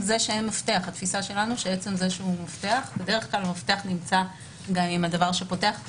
התפיסה שלנו שבדרך כלל מפתח נמצא גם עם הדבר שפותח.